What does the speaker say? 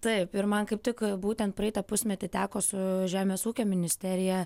taip ir man kaip tik būtent praeitą pusmetį teko su žemės ūkio ministerija